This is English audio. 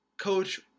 coach